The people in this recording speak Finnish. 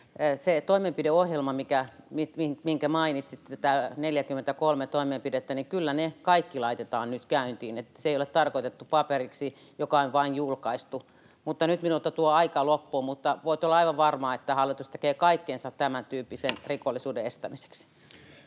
toimenpideohjelmasta, minkä mainitsitte, nämä kaikki 43 toimenpidettä kyllä laitetaan nyt käyntiin, niin että se ei ole tarkoitettu paperiksi, joka on vain julkaistu. Nyt minulta tuo aika loppuu. Mutta voitte olla aivan varma, että hallitus tekee kaikkensa tämäntyyppisen [Puhemies